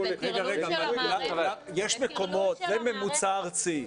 זה ממוצע ארצי.